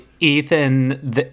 Ethan